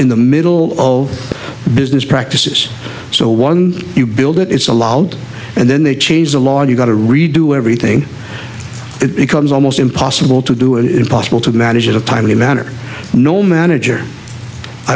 in the middle of business practices so once you build it it's allowed and then they change the law you've got to redo everything it becomes almost impossible to do it impossible to manage a timely manner no manager i